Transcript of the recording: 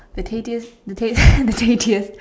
the tastiest the taste the tastiest